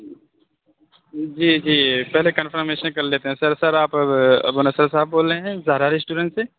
جی جی پہلے کنفرمیشن کر لیتے ہیں سر سر آپ ابو نصر صاحب بول رہے ہیں زہرا ریسٹورینٹ سے